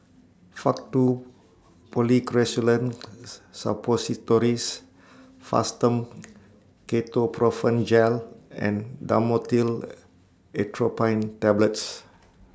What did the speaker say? Faktu Policresulen Suppositories Fastum Ketoprofen Gel and Dhamotil Atropine Tablets